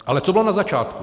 Ale co bylo na začátku?